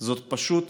זה פשוט